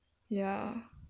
ya